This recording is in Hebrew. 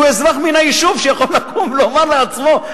שהוא אזרח מן היישוב שיכול לקום ולומר לעצמו,